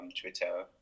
twitter